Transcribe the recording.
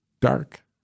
dark